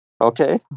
okay